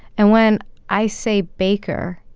and when i say baker,